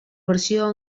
versió